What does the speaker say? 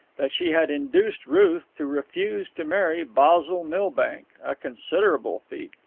that she had induced ruth to refuse to marry basil milbank a considerable feat,